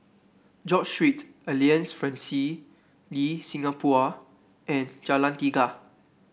George Street Alliance Francaise de Singapour and Jalan Tiga